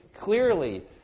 clearly